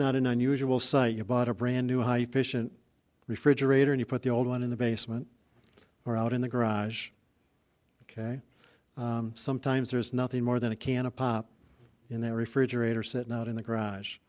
not an unusual sight you bought a brand new high efficient refrigerator and you put the old one in the basement or out in the garage ok sometimes there is nothing more than a can of pop in their refrigerator sitting out in the garage